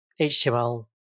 HTML